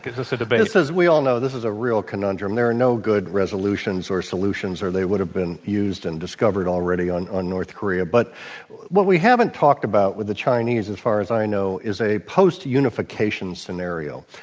gives us a debate. this is we all know this is a real conundrum. there are no good resolutions or solutions, or they would have been used and discovered already on on north korea. but what we haven't talked about with the chinese, as far as i know, is a post-unification scenario.